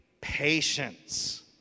patience